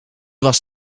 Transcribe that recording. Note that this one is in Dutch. was